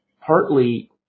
partly